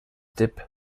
dip